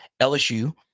LSU